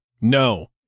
No